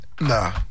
Nah